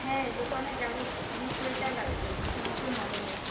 হ্যাঁ দোকানে যাবো তো আমার সোয়েটার লাগবে নতুন মডেলের